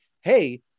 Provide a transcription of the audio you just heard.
Hey